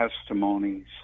testimonies